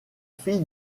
fille